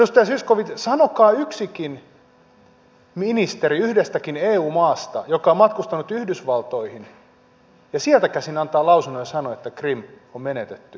edustaja zyskowicz sanokaa yksikin ministeri yhdestäkin eu maasta joka on matkustanut yhdysvaltoihin ja sieltä käsin antaa lausunnon ja sanoo että krim on menetetty tapaus